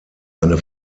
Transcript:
eine